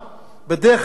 אדוני השר,